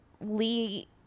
Lee